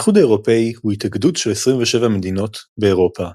האיחוד האירופי הוא התאגדות של 27 מדינות באירופה,